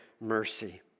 mercy